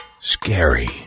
Scary